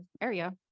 area